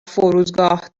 فرودگاه